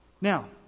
Now